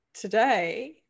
today